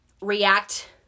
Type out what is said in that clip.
react